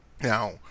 Now